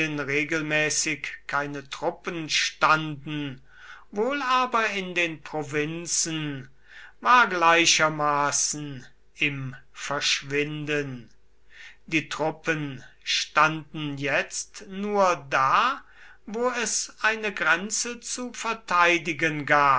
regelmäßig keine truppen standen wohl aber in den provinzen war gleichermaßen im verschwinden die truppen standen jetzt nur da wo es eine grenze zu verteidigen gab